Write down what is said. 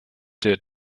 der